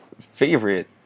favorite